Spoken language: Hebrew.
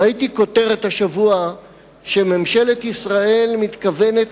ראיתי כותרת השבוע שממשלת ישראל מתכוונת